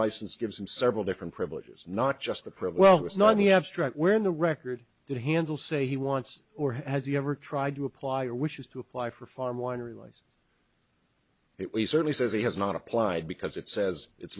license gives him several different privileges not just the privileges not in the abstract where in the record that handle say he wants or has he ever tried to apply or wishes to apply for farm one relies it we certainly says he has not applied because it says it's